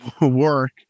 work